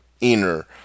inner